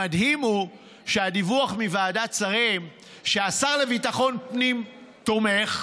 המדהים הוא שהדיווח מוועדת שרים הוא שהשר לביטחון פנים תומך,